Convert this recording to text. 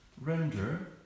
render